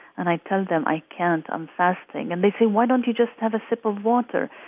and i tell them, i can't. i'm fasting. and they say, why don't you just have a sip of water?